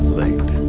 late